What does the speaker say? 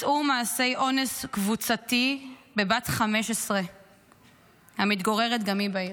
ביצעו מעשי אונס קבוצתי בבת 15 המתגוררת גם היא בעיר.